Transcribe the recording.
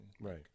Right